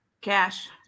cash